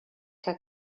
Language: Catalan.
que